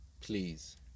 please